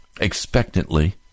expectantly